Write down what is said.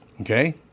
okay